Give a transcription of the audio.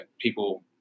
people